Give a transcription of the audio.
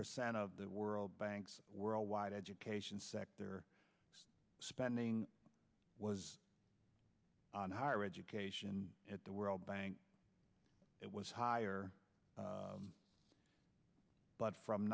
percent of the world bank's worldwide education sector spending was on higher education at the world bank it was higher but from